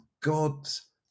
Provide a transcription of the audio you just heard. god's